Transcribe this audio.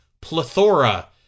plethora